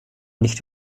nicht